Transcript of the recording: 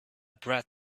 brat